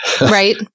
Right